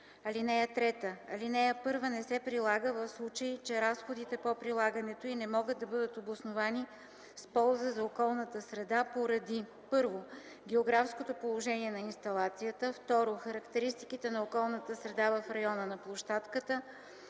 годишно. (3) Алинея 1 не се прилага, в случай че разходите по прилагането й не могат да бъдат обосновани с полза за околната среда поради: 1. географското положение на инсталацията; 2. характеристиките на околната среда в района на площадката;